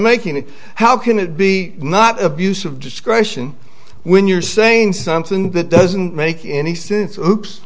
making and how can it be not abuse of discretion when you're saying something that doesn't make any sense hoops